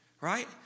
right